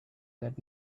that